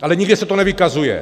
Ale nikde se to nevykazuje.